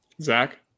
Zach